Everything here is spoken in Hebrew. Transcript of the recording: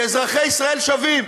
כאזרחי ישראל שווים.